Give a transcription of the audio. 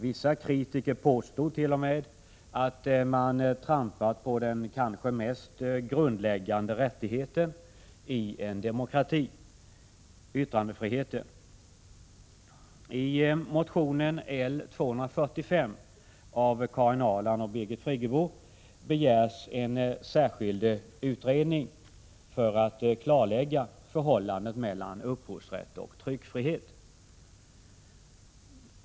Vissa kritiker påstod t.o.m. att man trampat på den kanske mest grundläggande rättigheten i en demokrati — yttrandefriheten. I motion L245 av Karin Ahrland och Birgit Friggebo begärs en särskild utredning för att klarlägga förhållandet mellan upphovsrätt och tryckfrihet.